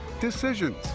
Decisions